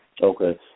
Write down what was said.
Okay